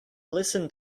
listen